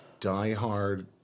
diehard